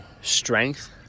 strength